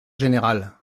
général